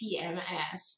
TMS